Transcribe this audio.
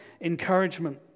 encouragement